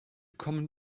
common